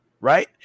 Right